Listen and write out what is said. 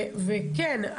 וכן,